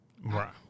Right